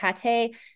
pate